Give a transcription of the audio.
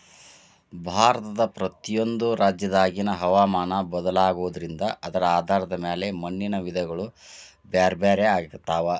ಭಾರತದ ಪ್ರತಿಯೊಂದು ರಾಜ್ಯದಾಗಿನ ಹವಾಮಾನ ಬದಲಾಗೋದ್ರಿಂದ ಅದರ ಆಧಾರದ ಮ್ಯಾಲೆ ಮಣ್ಣಿನ ವಿಧಗಳು ಬ್ಯಾರ್ಬ್ಯಾರೇ ಆಗ್ತಾವ